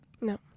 No